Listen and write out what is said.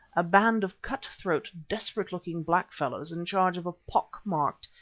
a band of cut-throat, desperate-looking, black fellows in charge of a pock-marked,